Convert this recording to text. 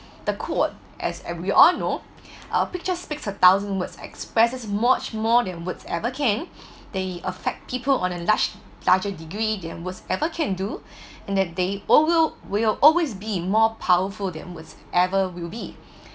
the code as we all know a picture speaks a thousand words expresses much more than words ever can they affect people on a lush larger degree than words ever can do and that they all will will always be more powerful than words ever will be